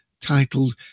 titled